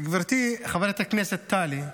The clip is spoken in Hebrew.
גברתי חברת הכנסת טלי,